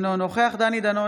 אינו נוכח דני דנון,